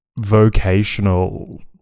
vocational